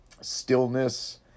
stillness